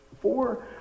four